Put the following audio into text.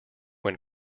when